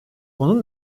bunun